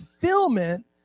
fulfillment